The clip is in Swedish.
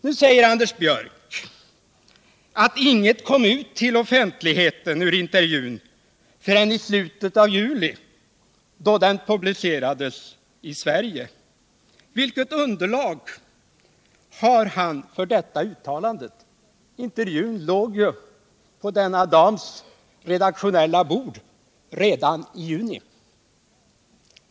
Nu säger Anders Björck att inget kom ut till offentligheten av intervjun förrän i slutet av juli, då den publicerades i Sverige. Vilket underlag har han för detta uttalande? Intervjun låg ju på denna dams redaktionella bord redan i juni.